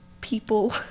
people